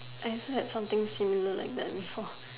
I felt something similar like that before